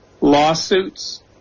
lawsuits